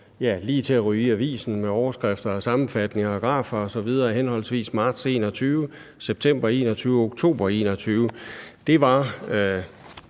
lige til at ryge i avisen med overskrifter og sammenfatninger og grafer osv., henholdsvis marts 2021, september 2021 og oktober 2021. Det var